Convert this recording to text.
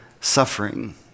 suffering